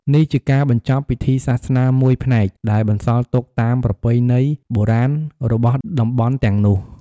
នេះជាការបញ្ចប់ពិធីសាសនាមួយផ្នែក ដែលបន្សល់ទុកតាមប្រពៃណីបុរាណរបស់តំបន់ទាំងនោះ។